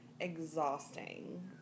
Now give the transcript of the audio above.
exhausting